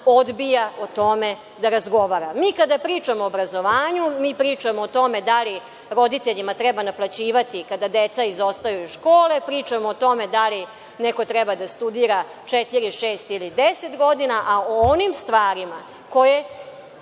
odbija o tome da razgovara. Mi kada pričamo o obrazovanju, mi pričamo o tome da li roditeljima treba naplaćivati kada deca izostaju iz škole. Pričamo o tome da li neko treba da studira četiri, šest ili deset godina, a o onim stvarima koje